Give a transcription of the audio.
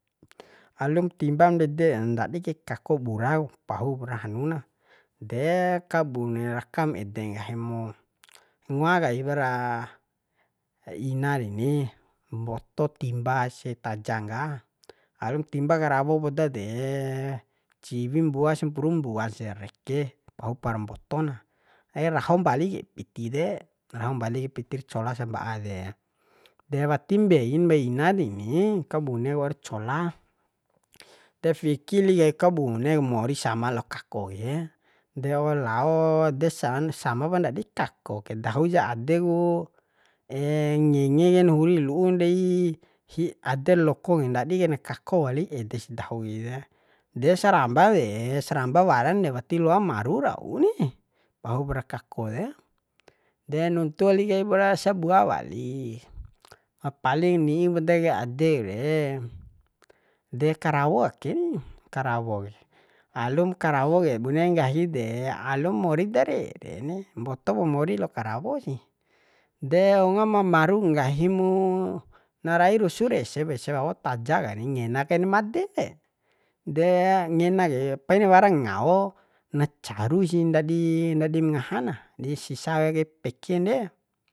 Alum timbam ndede ndadi kaik kako bura ku pahupra hanu na de kabune rakam ede nggahi mu ngoa kaipra ina deni mboto timba se tajjan ka alum timba karawo poda de ciwi mbua sampuru mbuas reke pahu para mboto na raho mbali kai piti de raho mbali kai piti ra cola samba'a de de wati mbeinmbei ba ina deni kabunek waur cola de fiki li kai bune ku mori sama lao kako ke de waur lao desan sama pa ndadi kako ke dahu ja ade ku ngenge kain huri lu'u dei hi ader loko gahin ndadi kaina kako wali edes dahu kai de de saramba de saramba warane wati loa maru rau ni pahup ra kako de de nuntu wali kaip ra sabua wali paling ni'i poda kai adekre de karawo ake ni karawo ke alum karawo ke bune nggahi de alum mori darere ni mbotopo mori lao karawo sih de wunga mamarum nggahi mu na rai rusu resek ese wawo taja kani ngena kain made de ngena kai pain wara ngao na caru sih ndadi ndadim ngaha na disisa kai pekken de